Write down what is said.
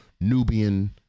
Nubian